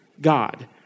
God